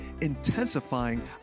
intensifying